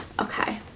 Okay